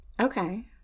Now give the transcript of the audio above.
Okay